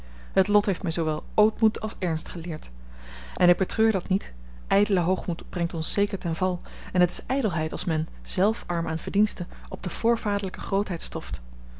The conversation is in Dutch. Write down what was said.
het lot heeft mij zoowel ootmoed als ernst geleerd en ik betreur dat niet ijdele hoogmoed brengt ons zeker ten val en het is ijdelheid als men zelf arm aan verdiensten op de voorvaderlijke grootheid stoft